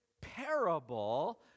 parable